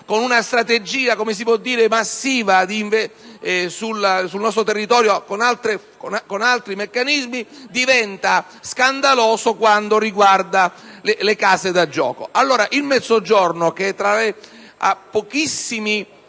con una strategia massiva sul nostro territorio attraverso altri meccanismi, diventa scandaloso quando riguarda le case da gioco. Il Mezzogiorno ha pochissimi